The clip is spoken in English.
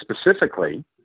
specifically—